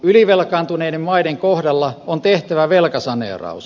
ylivelkaantuneiden maiden kohdalla on tehtävä velkasaneeraus